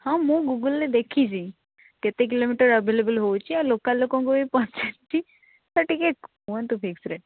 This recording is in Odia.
ହଁ ମୁଁ ଗୁଗୁଲରେ ଦେଖିଛି କେତେ କିଲୋମିଟର ଆଭେଲେବଲ୍ ହେଉଛି ଆଉ ଲୋକାଲ୍ ଲୋକଙ୍କୁବି ପଚାରିଛି ବଟ ଟିକିଏ କୁହନ୍ତୁ ଫିକ୍ସ ରେଟ୍